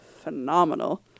phenomenal